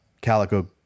Calico